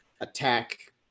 attack